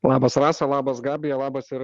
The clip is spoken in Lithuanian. labas rasa labas gabija labas ir